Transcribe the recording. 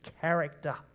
character